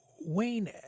Wayne